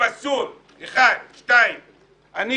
הוא פסול.